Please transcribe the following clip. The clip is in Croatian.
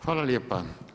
Hvala lijepa.